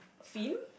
fin